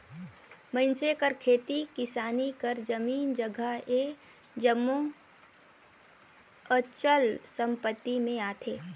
मइनसे कर खेती किसानी कर जमीन जगहा ए जम्मो अचल संपत्ति में आथे